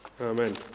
Amen